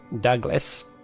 Douglas